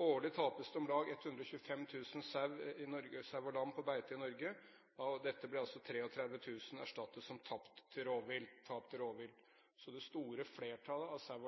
Årlig tapes det om lag 125 000 sau og lam på beite i Norge. Av dette ble 33 000 erstattet som tap til rovvilt. Så det store flertallet av